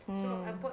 mm